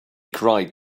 cried